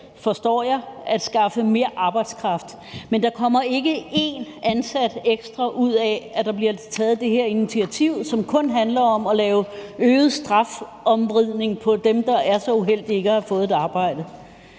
forstår jeg – at skaffe mere arbejdskraft, men der kommer ikke én ansat ekstra ud af, at der bliver taget det her initiativ, som kun handler om at lave øget strafarmvridning på dem, der er så uheldige ikke at have fået et arbejde.